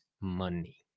money